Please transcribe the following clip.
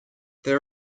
there